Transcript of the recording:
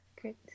Great